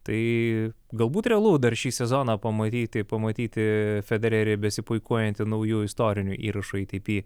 tai galbūt realu dar šį sezoną pamatyti pamatyti federerį besipuikuojantį nauju istoriniu įrašu eitypy